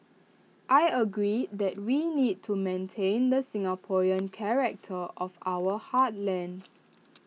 I agreed that we need to maintain the Singaporean character of our heartlands